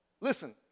Listen